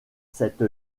cette